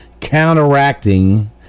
counteracting